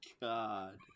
God